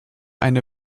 eine